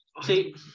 See